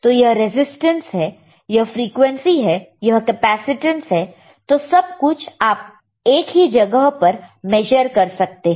तो यह रेसिस्टेंस है यह फ्रीक्वेंसी है यह कैपेसिटेंस है तो सब कुछ आप एक ही जगह पर मेशर कर सकते हैं